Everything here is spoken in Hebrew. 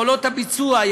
יכולות הביצוע,